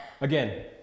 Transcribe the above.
again